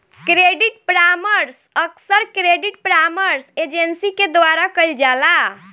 credit परामर्श अक्सर credit परामर्श एजेंसी के द्वारा कईल जाला